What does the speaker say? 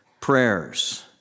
prayers